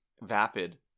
vapid